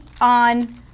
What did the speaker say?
on